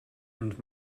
and